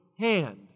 hand